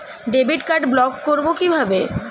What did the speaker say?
Debit card block করব কিভাবে?